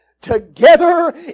together